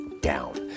down